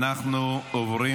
אנחנו עוברים